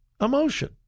emotion